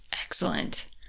Excellent